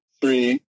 three